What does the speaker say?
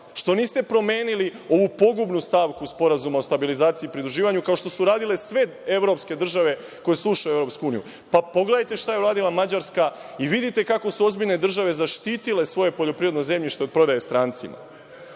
što niste promenili ovu pogubnu stavku SSP, kao što su uradile sve evropske države koje su ušle u EU. Pogledajte šta je uradila Mađarska i vidite kako su ozbiljne države zaštitile svoje poljoprivredno zemljište od prodaje strancima.